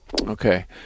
Okay